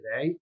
today